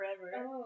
forever